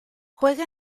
juega